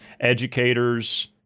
educators